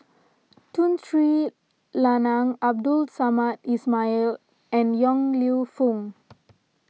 Tun Sri Lanang Abdul Samad Ismail and Yong Lew Foong